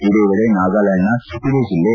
ಇದೇ ವೇಳೆ ನಾಗಾಲ್ಕಾಂಡ್ನ ಕಿಪಿರೆ ಜಿಲ್ಲೆ